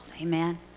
Amen